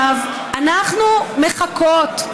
אנחנו מחכות,